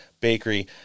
Bakery